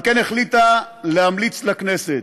ועל כן החליטה להמליץ לכנסת